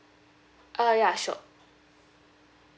uh ya sure